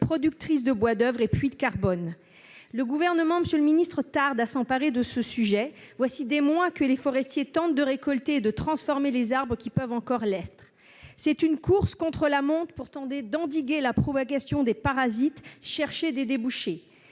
productrice de bois d'oeuvre et de puits de carbone. Le Gouvernement français tarde à s'emparer de ce sujet. Voilà des mois que les forestiers tentent de récolter et de transformer les arbres qui peuvent encore l'être. C'est une course contre la montre pour essayer d'endiguer la propagation des parasites, chercher des débouchés.